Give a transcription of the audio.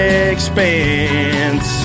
expense